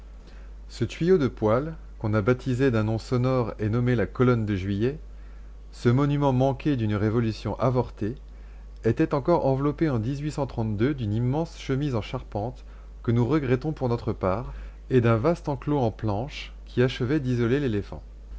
ce tuyau de poêle qu'on a baptisé d'un nom sonore et nommé la colonne de juillet ce monument manqué d'une révolution avortée était encore enveloppé en d'une immense chemise en charpente que nous regrettons pour notre part et d'un vaste enclos en planches qui achevait d'isoler l'éléphant